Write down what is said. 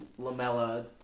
Lamella